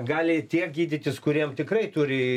gali tie gydytis kuriem tikrai turi